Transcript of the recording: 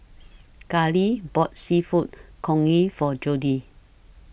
Kali bought Seafood Congee For Jody